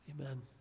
Amen